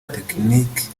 tekiniki